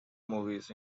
movies